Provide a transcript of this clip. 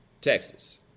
Texas